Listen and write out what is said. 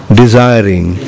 desiring